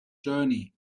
journey